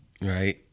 right